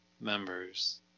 members